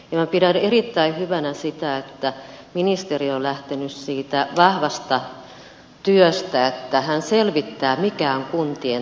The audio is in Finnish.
minä pidän erittäin hyvänä sitä että ministeri on lähtenyt siitä vahvasta työstä että hän selvittää mikä on kuntien tilanne